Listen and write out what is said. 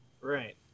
Right